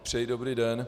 Přeji dobrý den.